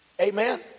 amen